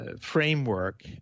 Framework